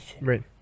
Right